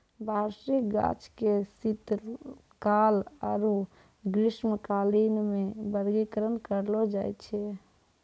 वार्षिक गाछ के शीतकाल आरु ग्रीष्मकालीन मे वर्गीकरण करलो जाय छै